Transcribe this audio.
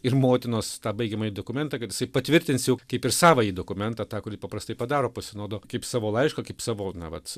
ir motinos tą baigiamąjį dokumentą kad jisai patvirtins jau kaip ir savąjį dokumentą tą kurį paprastai padaro pasinaudok kaip savo laišką kaip savo na vat